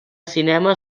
cinema